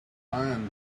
plan